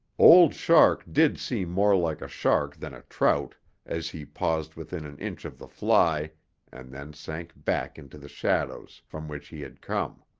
old shark did seem more like a shark than a trout as he paused within an inch of the fly and then sank back into the shadows from which he had come.